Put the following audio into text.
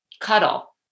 cuddle